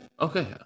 okay